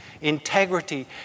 integrity